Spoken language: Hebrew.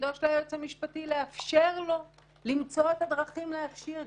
תפקידו של היועץ המשפטי לאפשר לו למצוא את הדרכים להכשיר,